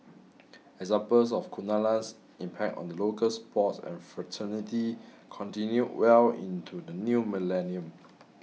examples of Kunalan's impact on the local sports fraternity continued well into the new millennium